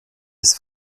des